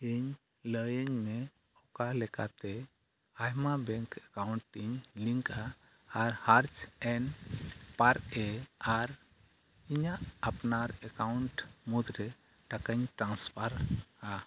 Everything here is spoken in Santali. ᱤᱧ ᱞᱟᱹᱭᱟᱹᱧᱢᱮ ᱚᱠᱟᱞᱮᱠᱟᱛᱮ ᱟᱭᱢᱟ ᱵᱮᱝᱠ ᱮᱠᱟᱣᱩᱱᱴ ᱤᱧ ᱞᱤᱝᱠ ᱟ ᱟᱨ ᱦᱟᱨᱪ ᱮᱱ ᱯᱟᱨ ᱮ ᱟᱨ ᱤᱧᱟᱹᱜ ᱟᱯᱱᱟᱨ ᱮᱠᱟᱣᱩᱱᱴ ᱢᱩᱫᱽᱨᱮ ᱴᱟᱠᱟᱧ ᱴᱨᱟᱱᱥᱯᱷᱟᱨ ᱟ